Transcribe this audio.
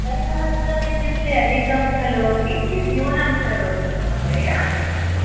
सहस्रम् इत्युक्ते अधिकं खलु किञ्चित् न्यूनं करोतु महोदय